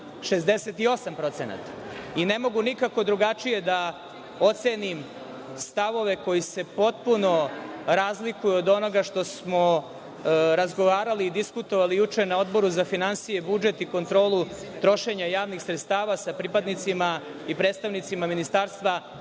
68%. Ne mogu nikako drugačije da ocenim stavove koji se potpuno razlikuju od onoga što smo razgovarali i diskutovali juče na Odboru za finansije, budžet i kontrolu trošenja javnih sredstava sa pripadnicima i predstavnicima Ministarstva